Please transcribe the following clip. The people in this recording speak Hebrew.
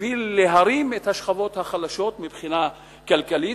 בשביל להרים את השכבות החלשות מבחינה כלכלית,